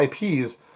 IPs